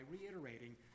reiterating